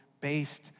based